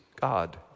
God